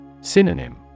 Synonym